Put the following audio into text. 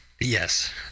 Yes